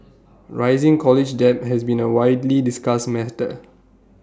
rising college debt has been A widely discussed matter